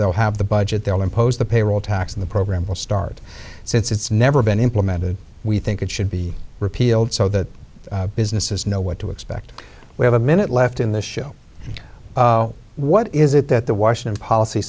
they'll have the budget they'll impose the payroll tax in the program will start since it's never been implemented we think it should be repealed so that businesses know what to expect we have a minute left in this show what is it that the washington policy